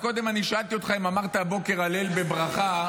קודם שאלתי אותך אם אמרת הבוקר הלל בברכה,